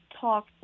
talk